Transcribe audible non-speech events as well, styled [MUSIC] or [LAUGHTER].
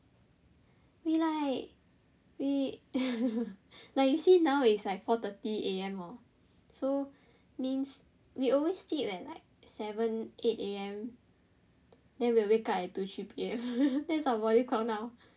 we like we [LAUGHS] like you see now it's like four thirty A_M hor so means we always sleep at like seven eight A_M then we will wake up at two three P_M